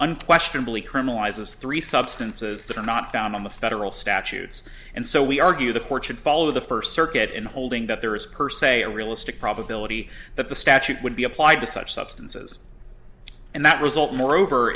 unquestionably criminalizes three substances that are not found on the federal statutes and so we argue the courts and follow the first circuit in holding that there is per se a realistic probability that the statute would be applied to such substances and that result moreover